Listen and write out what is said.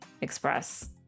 express